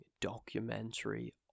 documentary